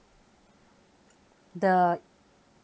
the